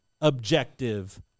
objective